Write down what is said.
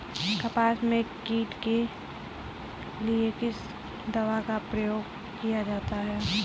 कपास में कीट नियंत्रण के लिए किस दवा का प्रयोग किया जाता है?